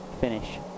finish